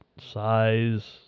size